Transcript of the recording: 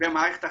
במערכת החינוך.